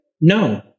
no